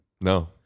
no